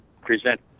present